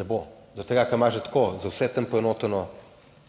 ne bo, zaradi tega, ker ima že tako za vse tam poenoteno